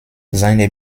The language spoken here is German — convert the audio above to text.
seine